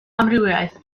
amrywiaeth